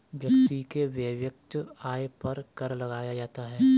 व्यक्ति के वैयक्तिक आय पर कर लगाया जाता है